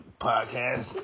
podcast